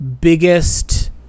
biggest